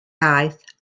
aeth